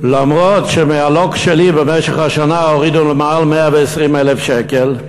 אף-על-פי שמהלוקש שלי במשך השנה הורידו למעלה מ-120,000 שקל.